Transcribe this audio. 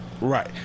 Right